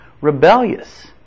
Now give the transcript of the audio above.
rebellious